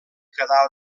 quedà